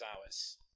hours